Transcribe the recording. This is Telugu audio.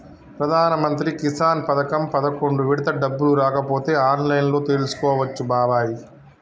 ప్రధానమంత్రి కిసాన్ పథకం పదకొండు విడత డబ్బులు రాకపోతే ఆన్లైన్లో తెలుసుకోవచ్చు బాబాయి